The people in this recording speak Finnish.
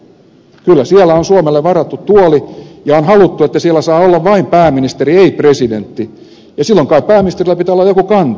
kyllä siellä on suomelle varattu tuoli ja on haluttu että siellä saa olla vain pääministeri ei presidentti ja silloin kai pääministerillä pitää olla jokin kanta